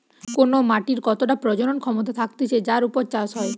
কোন মাটির কতটা প্রজনন ক্ষমতা থাকতিছে যার উপর চাষ হয়